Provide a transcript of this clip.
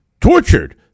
tortured